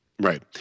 Right